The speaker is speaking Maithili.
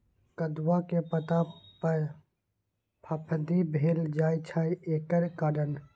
कदुआ के पता पर फफुंदी भेल जाय छै एकर कारण?